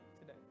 today